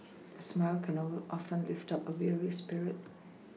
a smile can often lift up a weary spirit